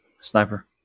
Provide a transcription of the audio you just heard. sniper